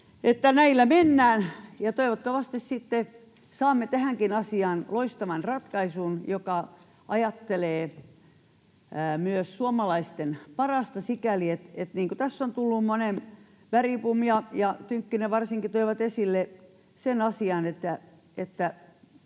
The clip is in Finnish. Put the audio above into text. näillä mennään, ja toivottavasti sitten saamme tähänkin asiaan loistavan ratkaisun, joka ajattelee myös suomalaisten parasta sikäli — niin kuin tässä Bergbom ja Tynkkynen varsinkin ja myös Garedew